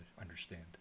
understand